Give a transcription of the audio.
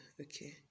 okay